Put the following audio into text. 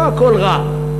לא הכול רע.